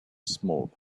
smoke